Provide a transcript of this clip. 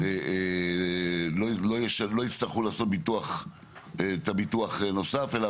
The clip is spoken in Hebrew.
לא יצטרכו לעשות ביטוח את הביטוח נוסף אלא